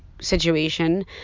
situation